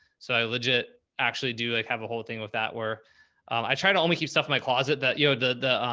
so i legit actually do like, have a whole thing with that where i try to only keep stuff in my closet that, you know, the,